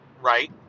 right